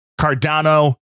Cardano